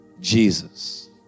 Jesus